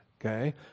Okay